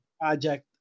project